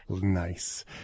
Nice